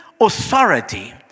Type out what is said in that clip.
authority